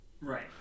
right